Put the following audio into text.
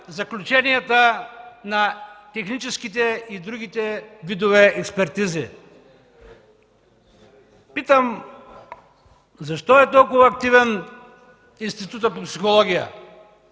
заключенията на техническите и другите видове експертизи. Питам: защо е толкова активен Институтът по психология?